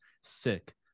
sick